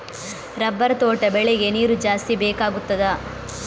Rubber ತೋಟ ಬೆಳೆಗೆ ನೀರು ಜಾಸ್ತಿ ಬೇಕಾಗುತ್ತದಾ?